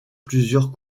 plusieurs